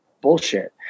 bullshit